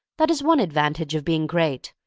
that is one advantage of being great.